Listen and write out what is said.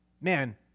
Man